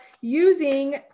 using